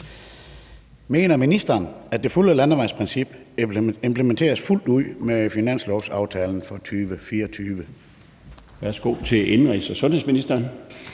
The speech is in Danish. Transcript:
Mener ministeren, at det fulde landvejsprincip implementeres fuldt ud med finanslovsaftalen for 2024?